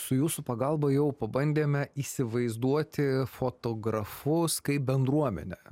su jūsų pagalba jau pabandėme įsivaizduoti fotografus kaip bendruomenę